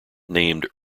named